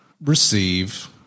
receive